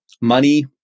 money